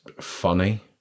funny